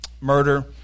murder